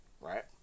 right